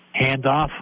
Handoff